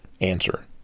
answer